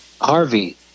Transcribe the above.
Harvey